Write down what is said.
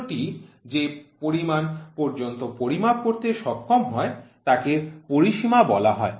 যন্ত্রটি যে পরিমাণ পর্যন্ত পরিমাপ করতে সক্ষম হয় তাকে পরিসীমা বলা হয়